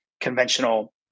conventional